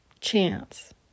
chance